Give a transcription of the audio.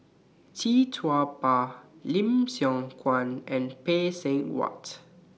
Tee Tua Ba Lim Siong Guan and Phay Seng Whatt